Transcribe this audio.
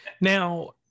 Now